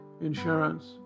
insurance